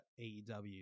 AEW